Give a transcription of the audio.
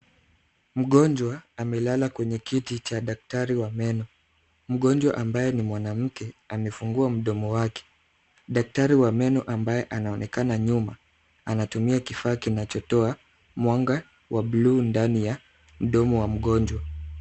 Mgonjwa amelala kwenye kiti cha daktari wa meno. Mgonjwa ambaye ni mwanamke amefungua mdomo wake. Daktari wa meno ambaye anaonekana nyuma anatumia kifaa kinachotoa mwanga wa bluu ndani ya mdomo wa mgonjwa.